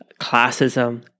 classism